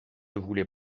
voulez